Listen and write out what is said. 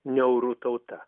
niaurų tauta